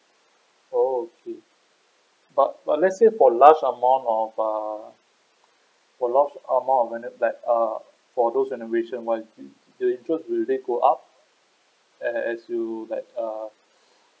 oh okay but but let's say for large amount of err for large amount of renovate uh for those renovation the interest will they go up at as you like uh